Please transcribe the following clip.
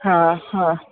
હા હા